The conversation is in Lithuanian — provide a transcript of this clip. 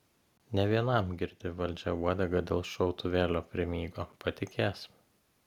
ne vienam girdi valdžia uodegą dėl šautuvėlio primygo patikės